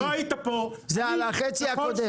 זה על החצי הקודם,